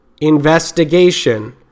investigation